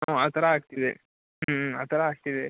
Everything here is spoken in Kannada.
ಹ್ಞೂ ಆ ಥರ ಆಗ್ತಿದೆ ಹ್ಞೂ ಆ ಥರ ಆಗ್ತಿದೆ